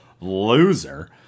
Loser